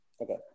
Okay